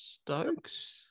Stokes